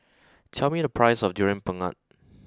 tell me the price of durian Pengat